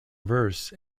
verse